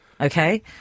okay